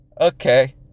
okay